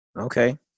Okay